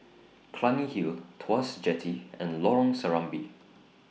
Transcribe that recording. Clunny Hill Tuas Jetty and Lorong Serambi